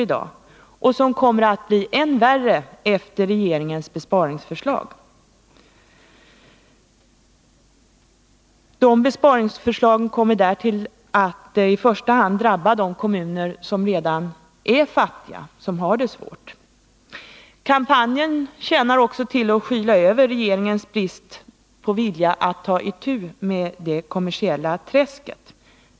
Och de problemen kommer att bli än värre efter regeringens besparingsförslag, som ju i första hand kommer att drabba de kommuner som redan är fattiga och som har det svårt. Kampanjen tjänar också syftet att skyla över regeringens brist på vilja att ta itu med det kommersiella träsket.